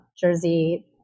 Jersey